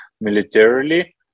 militarily